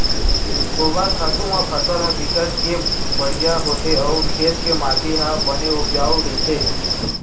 गोबर खातू म फसल ह बिकट के बड़िहा होथे अउ खेत के माटी ह बने उपजउ रहिथे